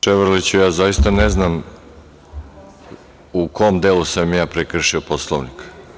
Kolega Ševarliću, ja zaista ne znam u kom delu sam ja prekršio Poslovnik?